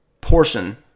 portion